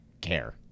care